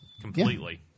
completely